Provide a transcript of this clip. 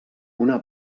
una